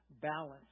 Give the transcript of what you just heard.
balance